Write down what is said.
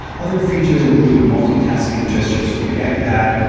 other features included multi-tasking gestures for the ipad,